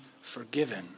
forgiven